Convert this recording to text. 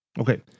Okay